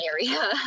area